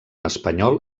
espanyol